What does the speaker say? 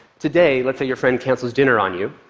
today, let's say your friend cancels dinner on you,